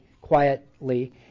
quietly